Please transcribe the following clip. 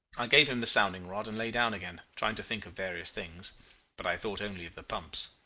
i gave him the sounding-rod and lay down again, trying to think of various things but i thought only of the pumps.